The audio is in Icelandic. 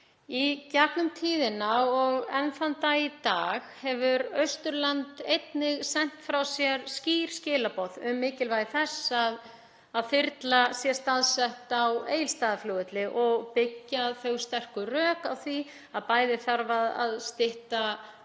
Í gegnum tíðina og enn þann dag í dag hefur Austurland einnig sent frá sér skýr skilaboð um mikilvægi þess að þyrla sé staðsett á Egilsstaðaflugvelli og byggjast þau sterku rök á því að bæði þarf að stytta